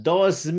Dos